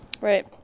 Right